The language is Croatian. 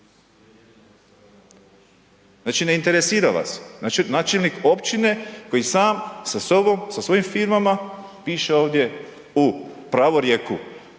Znači ne interesira vas, načelnik općine koji sam sa sobom sa svojim firmama piše ovdje u pravorijeku